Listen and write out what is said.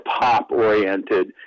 pop-oriented